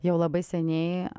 jau labai seniai